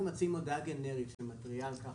אנחנו מציעים הודעה גנרית שמתריעה על כך